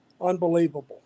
Unbelievable